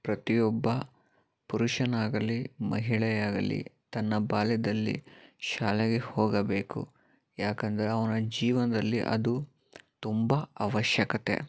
ಪ್ರತಿಯೊಬ್ಬ ಪುರುಷನಾಗಲಿ ಮಹಿಳೆಯಾಗಲಿ ತನ್ನ ಬಾಲ್ಯದಲ್ಲಿ ಶಾಲೆಗೆ ಹೋಗಬೇಕು ಯಾಕಂದರೆ ಅವನ ಜೀವನದಲ್ಲಿ ಅದು ತುಂಬ ಅವಶ್ಯಕತೆ